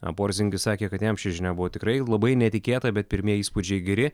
a porzingis sakė kad jam ši žinia buvo tikrai labai netikėta bet pirmieji įspūdžiai geri